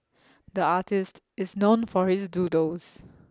the artist is known for his doodles